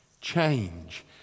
Change